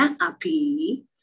api